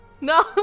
No